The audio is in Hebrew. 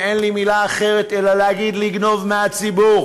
ואין לי מילה אחרת אלא להגיד לגנוב מהציבור